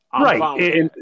Right